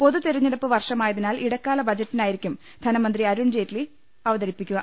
പൊതുതിരഞ്ഞെടുപ്പ് വർഷമായതിനാൽ ഇടക്കാല ബജറ്റായി രിക്കും ധനമന്ത്രി അരുൺജെയ്റ്റ്ലി അവതരിപ്പിക്കുക